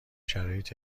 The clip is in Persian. شرایط